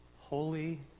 Holy